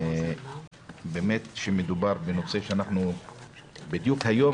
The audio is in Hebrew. באמת כשמדובר בנושא שאנחנו בדיוק היום,